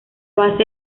base